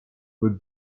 would